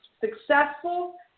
successful